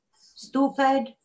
stupid